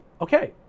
okay